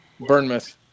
Burnmouth